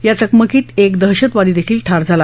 या चकमकीत एक दहशतवादीही ठार झाला